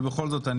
אבל בכל זאת,